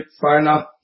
final